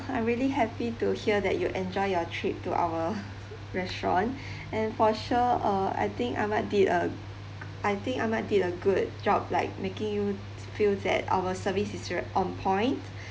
I am really happy to hear that you enjoy your trip to our restaurant and for sure uh I think ahmad did a I think ahmad did a good job like making you feel that our service is re~ on point